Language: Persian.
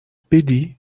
بدی